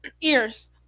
ears